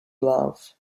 love